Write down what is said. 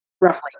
roughly